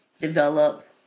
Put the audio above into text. develop